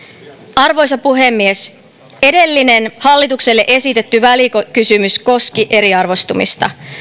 arvoisa puhemies edellinen hallitukselle esitetty välikysymys koski eriarvoistumista